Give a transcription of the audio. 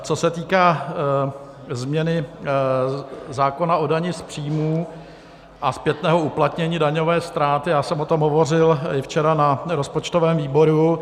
Co se týká změny zákona o dani z příjmů a zpětného uplatnění daňové ztráty, já jsem o tom hovořil i včera na rozpočtovém výboru.